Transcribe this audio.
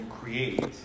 create